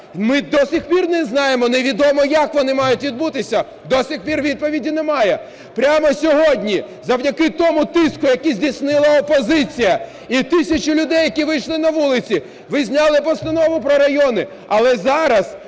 Ми до сих пір не знаємо, невідомо як вони мають відбутися, до сих пір відповіді немає. Прямо сьогодні завдяки тому тиску, який здійснила опозиція і тисячі людей, які вийшли на вулиці, ви зняли постанову про райони, але зараз,